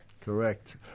Correct